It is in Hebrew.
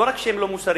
לא רק שהן לא מוסריות,